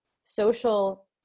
social